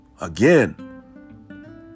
again